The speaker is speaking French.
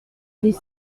des